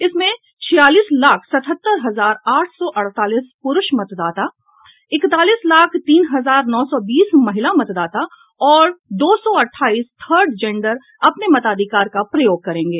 इसमें छियालीस लाख सत्तरर हजार आठ सौ अड़तालीस प्रूष मतदाता इकतालीस लाख तीन हजार नौ सौ बीस महिला मतदाता और दो सौ अठाईस थर्ड जेंडर अपने मताधिकार का प्रयोग करेंगे